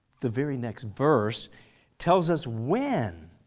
the very next verse tells us when.